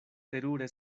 terure